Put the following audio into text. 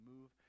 move